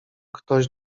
ktoś